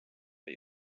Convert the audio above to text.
või